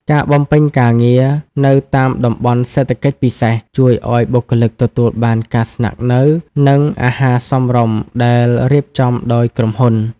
ការបំពេញការងារនៅតាមតំបន់សេដ្ឋកិច្ចពិសេស ជួយឱ្យបុគ្គលិកទទួលបានការស្នាក់នៅ និងអាហារសមរម្យដែលរៀបចំដោយក្រុមហ៊ុន។